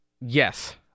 Yes